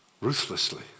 ruthlessly